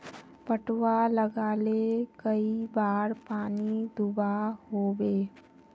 पटवा लगाले कई बार पानी दुबा होबे?